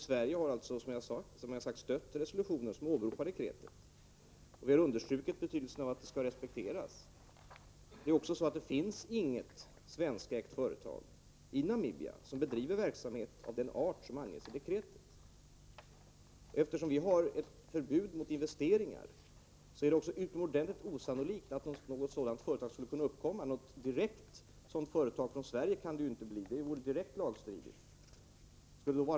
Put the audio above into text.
Sverige har, som jag sagt, stött resolutionen som åberopar dekretet, och vi har understrukit betydelsen av att det respekteras. Det finns heller inget svenskt företag i Namibia som bedriver verksamhet av den art som anges i dekretet. Eftersom vi har förbud mot investeringar, är det också utomordentligt osannolikt att något sådant företag skulle kunna uppkomma. Om ett svenskt företag direkt ger sig in på detta, vore det ju klart lagstridigt.